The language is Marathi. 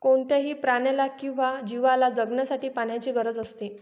कोणत्याही प्राण्याला किंवा जीवला जगण्यासाठी पाण्याची गरज असते